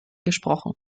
gesprochen